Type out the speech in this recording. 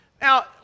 Now